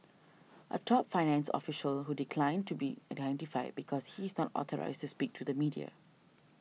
a top finance official who declined to be identified because he is not authorised speak to the media